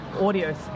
audio